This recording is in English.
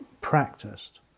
practiced